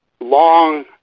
long